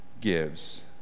gives